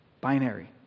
Binary